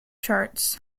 charts